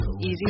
easy